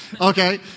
Okay